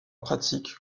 pratique